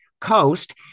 COAST